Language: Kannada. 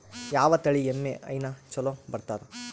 ಯಾವ ತಳಿ ಎಮ್ಮಿ ಹೈನ ಚಲೋ ಬರ್ತದ?